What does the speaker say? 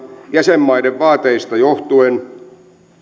jäsenmaiden vaateista johtuen